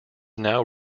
now